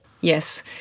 yes